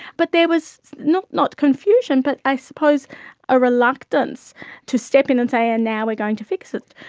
but there was, not not confusion but i suppose a reluctance to step in and say and now we're going to fix it.